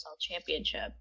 Championship